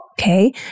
okay